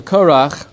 Korach